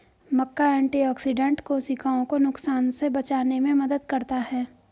मक्का antioxidant कोशिकाओं को नुकसान से बचाने में मदद करता है